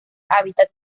hábitat